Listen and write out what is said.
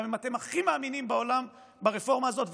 גם אם אתם הכי מאמינים בעולם ברפורמה הזאת,